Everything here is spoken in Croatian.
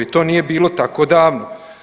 To nije bilo tako davno.